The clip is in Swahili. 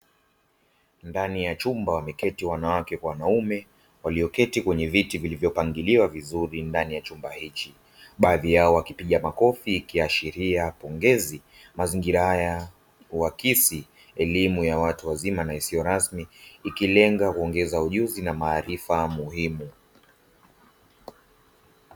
Ndani ya chumba wameketi wanawake kwa wanaume, walioketi kwenye viti vilivyopangiliwa vizuri ndani ya chumba hiki, baadhi yao wakipiga makofi, ikiashiria pongezi. Mazingira haya huakisi elimu ya watu wazima na isiyo rasmi, ikilenga kuongeza ujuzi na maarifa muhimu.